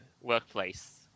Workplace